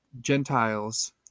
Gentiles